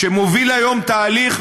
שמוביל היום תהליך,